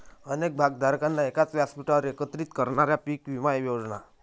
अनेक भागधारकांना एकाच व्यासपीठावर एकत्रित करणाऱ्या पीक विमा योजना